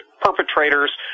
perpetrators